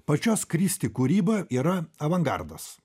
pačios kristi kūryba yra avangardas